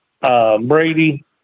Brady